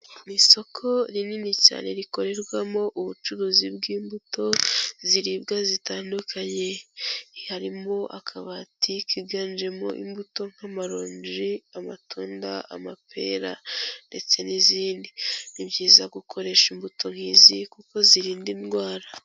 Mu isoko rinini cyane rikorerwamo ubucuruzi bw'imbuto ziribwa zitandukanye, harimo akabati kiganjemo imbuto nk'amaronji, amatunda, amapera ndetse n'izindi, ni byiza gukoresha imbuto nk'izi kuko zirinda indwara.